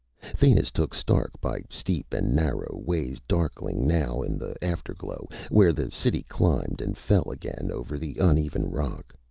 thanis took stark by steep and narrow ways, darkling now in the afterglow, where the city climbed and fell again over the uneven rock.